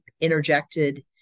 interjected